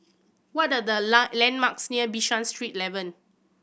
what are the long landmarks near Bishan Street Eleven